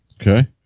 Okay